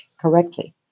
correctly